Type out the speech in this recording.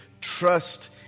trust